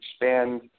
expand